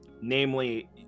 Namely